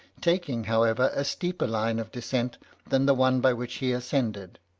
taking, however, a steeper line of descent than the one by which he ascended.